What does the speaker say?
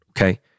okay